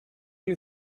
you